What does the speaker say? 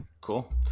cool